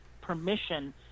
permission